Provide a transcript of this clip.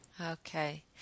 Okay